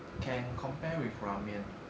can compare with ramen